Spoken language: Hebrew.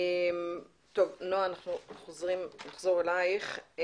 נועה, נחזור אליך.